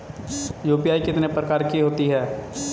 UPI कितने प्रकार की होती हैं?